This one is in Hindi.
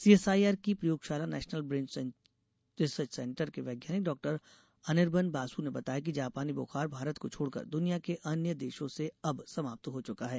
सीएसआईआर की प्रयोगशाला नेशनल ब्रेन रिसर्च सेंटर के वैज्ञानिक डॉक्टर अनिर्बन बासु ने बताया कि जापानी बुखार भारत को छोडकर दुनिया के अन्य देशो से अब समाप्त हो चुका है